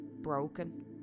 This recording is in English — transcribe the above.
broken